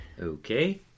Okay